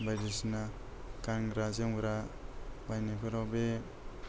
बायदिसिना गानग्रा जोमग्रा बायनायफोराव बे